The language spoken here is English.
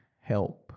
help